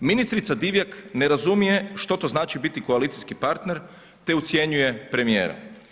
Ministrica Divjak ne razumije što to znači biti koalicijski partner te ucjenjuje premijera.